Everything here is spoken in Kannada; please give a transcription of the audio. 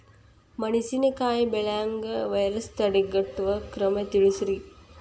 ಮೆಣಸಿನಕಾಯಿ ಬೆಳೆಗೆ ವೈರಸ್ ತಡೆಗಟ್ಟುವ ಕ್ರಮ ತಿಳಸ್ರಿ